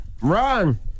Run